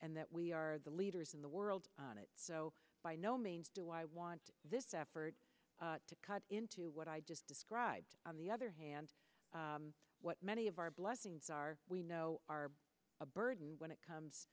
and that we are the leaders in the world on it so by no means do i want this effort to cut into what i just described on the other hand what many of our blessings are we know are a burden when it comes